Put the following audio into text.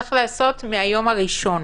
צריך לעשות מהיום הראשון